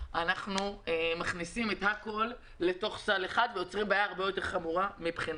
אנחנו מכניסים הכול אל תוך סל אחד ויוצרים בעיה הרבה יותר חמורה לדעתי.